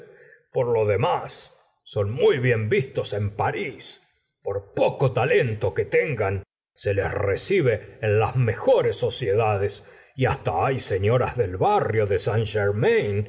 por lo demás son muy bien vistos en paris por poco talento que tengan se les recibe en las mejores sociedades y hasta hay señoras del barrio de